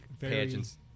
pageants